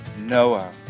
Noah